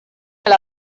alla